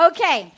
Okay